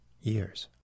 years